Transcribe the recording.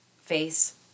face